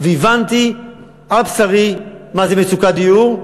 והבנתי על בשרי מה זה מצוקת דיור,